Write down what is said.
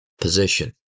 position